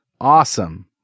Awesome